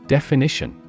Definition